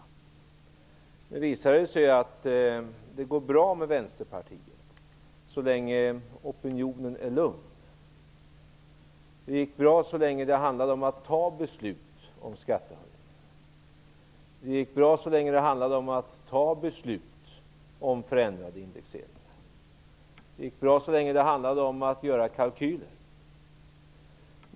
Det visade sig att det gick bra med Vänsterpartiet så länge opinionen var lugn, det gick bra så länge det handlade om att fatta beslut om skattehöjningar, det gick bra så länge det handlade om att fatta beslut om förändrade indexeringar, och det gick bra så länge det handlade om att göra kalkyler.